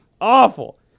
Awful